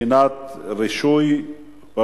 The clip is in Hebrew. אין נמנעים.